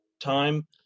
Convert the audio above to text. time